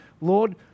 Lord